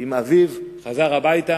עם אביו חזר הביתה,